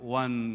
one